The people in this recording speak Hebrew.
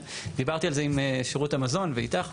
גם דיברתי על זה עם שירות המזון ואיתך.